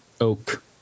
Oak